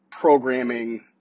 programming